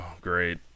great